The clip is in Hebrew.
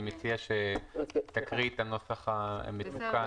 אני מציע שתקראי את הנוסח המתוקן.